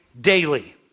daily